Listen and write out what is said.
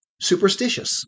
superstitious